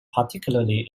particularly